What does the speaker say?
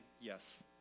yes